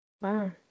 Wow